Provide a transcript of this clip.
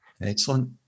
Excellent